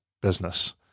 business